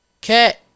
Cat